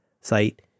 site